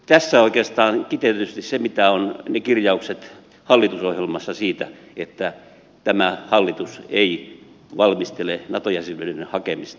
tässä oikeastaan kiteytetysti se mitä ovat ne kirjaukset hallitusohjelmassa siitä että tämä hallitus ei valmistele nato jäsenyyden hakemista